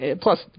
plus